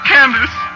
Candace